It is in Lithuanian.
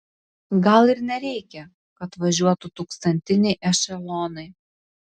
gal ir nereikia kad važiuotų tūkstantiniai ešelonai